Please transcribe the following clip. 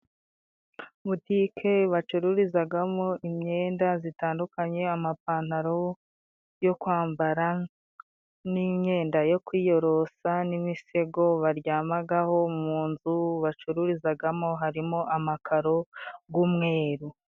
Butike bacururizagamo imyenda zitandukanye, amapantaro yo kwambara, n'iyenda yo kwiyorosa n'imisego baryamagaho. Mu inzu bacururizagamo harimo amakaro gumweru.